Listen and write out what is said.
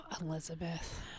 Elizabeth